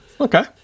Okay